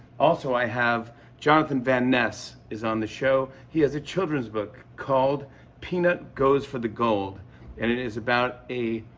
also, i have jonathan van ness is on the show. he has a children's book called peanut goes for the gold and it is about a.